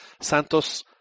Santos